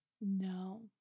No